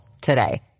today